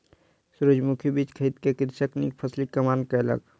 सूरजमुखी बीज खरीद क कृषक नीक फसिलक कामना कयलक